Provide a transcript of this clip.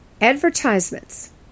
Advertisements